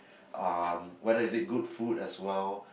um whether is it good food as well